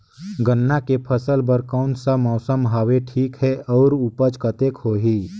गन्ना के फसल बर कोन सा मौसम हवे ठीक हे अउर ऊपज कतेक होही?